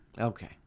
Okay